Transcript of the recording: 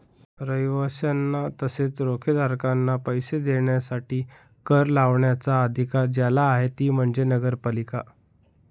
रहिवाशांना तसेच रोखेधारकांना पैसे देण्यासाठी कर लावण्याचा अधिकार ज्याला आहे ती म्हणजे नगरपालिका